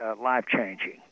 life-changing